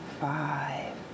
five